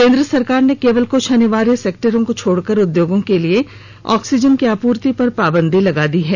केन्द्र सरकार ने केवल कुछ अनिवार्य सेक्टरों को छोड़कर उद्योगों के लिए ऑक्सीजन की आपूर्ति पर पाबंदी लगा दी है